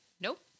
Nope